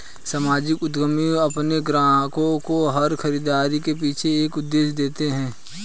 सामाजिक उद्यमी अपने ग्राहकों को हर खरीदारी के पीछे एक उद्देश्य देते हैं